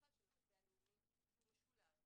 ובכלל של המטה הלאומי, שהוא משולב.